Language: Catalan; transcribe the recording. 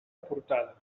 aportada